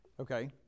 Okay